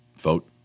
Vote